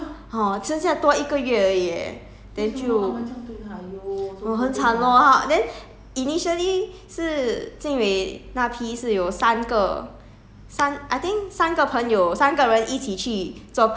but I 那个那个 intern 被炒鱿鱼 liao hor 剩下多一个月而已 leh then 就 uh 很惨 lor 他 then initially 是 jing wei 那批是有三个